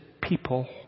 people